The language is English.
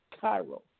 Cairo